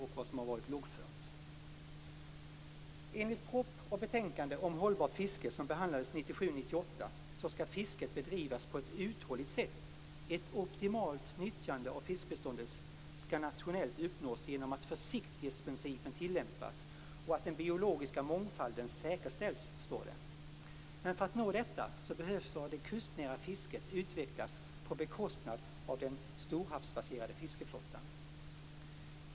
Enligt den proposition och det betänkande om ett hållbart fiske som behandlades 1997/98 skall fisket bedrivas på ett uthålligt sätt. Ett optimalt nyttjande av fiskbeståndet skall nationellt uppnås genom att försiktighetsprincipen tillämpas och att den biologiska mångfalden säkerställs, står det. För att nå detta behövs att det kustnära fisket utvecklas på bekostnad av den storhavsbaserade fiskeflottan.